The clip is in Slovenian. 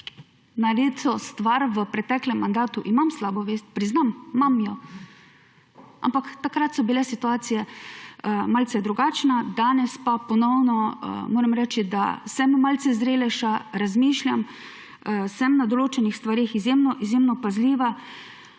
marsikatero v preteklem mandatu narejeno stvar imam slabo vest. Priznam, imam jo. Ampak takrat so bile situacije malce drugačne, danes pa ponovno moram reči, da sem malce zrelejša, razmišljam, sem na določenih stvareh izjemno izjemno